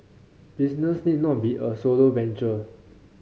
business need not be a solo venture